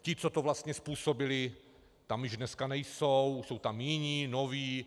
Ti, co to vlastně způsobili, tam již dneska nejsou, už jsou tam jiní, noví.